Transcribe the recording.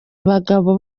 bagabo